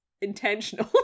intentional